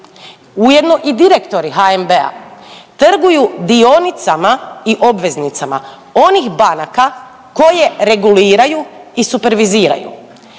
ujedno i direktori HNB-a trguju dionicama i obveznicama onih banaka koje reguliraju i superviziraju,